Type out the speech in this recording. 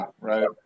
right